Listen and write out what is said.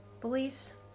beliefs